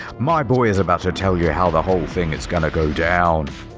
my boy is about to tell you how the whole thing is gonna go down.